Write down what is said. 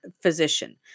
physician